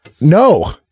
no